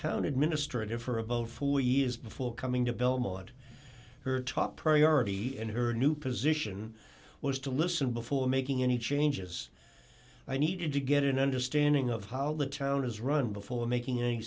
town administrator for about four years before coming to belmont her top priority in her new position was to listen before making any changes i needed to get an understanding of how the town is run before making a